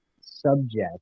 subject